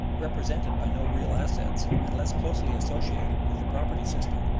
represented by no real assets, and less closely associated with the property system,